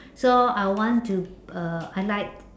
so I want to uh I like